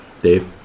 Dave